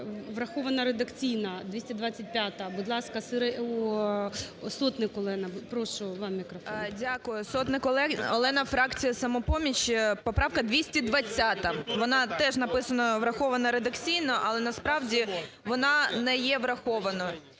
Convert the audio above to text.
врахована редакційно 225. Будь ласка, Сотник Олена, прошу вам мікрофон. 13:09:10 СОТНИК О.С. Дякую. Сотник Олена, фракція "Самопоміч". Поправка 220. Вона теж написана врахована редакційно. Але насправді вона не є врахованою.